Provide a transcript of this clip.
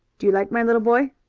do you like my little boy?